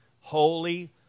holy